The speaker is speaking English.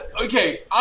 Okay